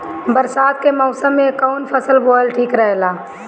बरसात के मौसम में कउन फसल बोअल ठिक रहेला?